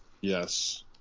Yes